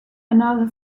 another